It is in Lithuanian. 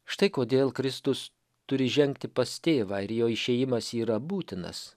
štai kodėl kristus turi žengti pas tėvą ir jo išėjimas yra būtinas